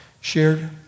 shared